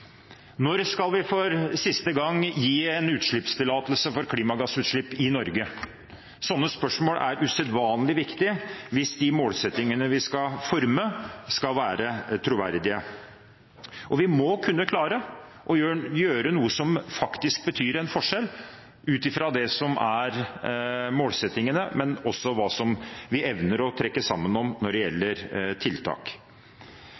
Når skal vi for siste gang gi en utslippstillatelse for klimagassutslipp i Norge? Sånne spørsmål er usedvanlig viktige hvis de målsettingene vi skal forme, skal være troverdige. Vi må kunne klare å gjøre noe som faktisk betyr en forskjell ut fra det som er målsettingene, men også hva vi evner å trekke sammen om når det